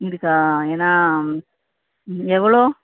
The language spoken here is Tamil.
இருக்கா ஏன்னால் ம் எவ்வளோ